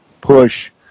push